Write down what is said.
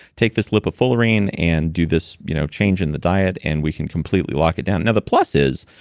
take this lipofullerene and do this you know change in the diet, and we can completely lock it down. now, the plus is,